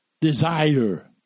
Desire